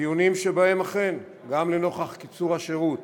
דיונים שבהם אכן, גם לנוכח קיצור השירות